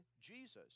Jesus